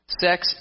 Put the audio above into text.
Sex